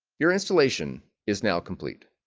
your installation is now complete.